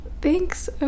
thanks